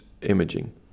imaging